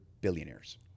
billionaires